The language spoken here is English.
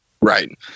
Right